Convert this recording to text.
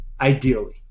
ideally